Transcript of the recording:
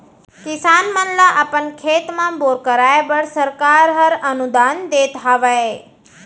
किसान मन ल अपन खेत म बोर कराए बर सरकार हर अनुदान देत हावय